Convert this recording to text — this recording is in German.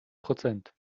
prozent